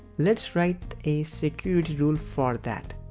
let's write a security rule for that.